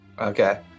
Okay